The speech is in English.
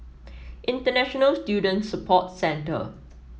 International Student Support Centre